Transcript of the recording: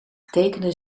tekende